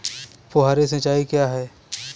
फुहारी सिंचाई क्या है?